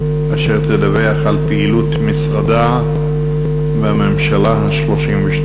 אשר תדווח על פעילות משרדה בממשלה ה-32.